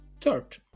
third